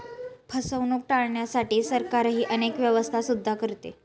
फसवणूक टाळण्यासाठी सरकारही अनेक व्यवस्था सुद्धा करते